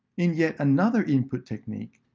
in yet another input technique,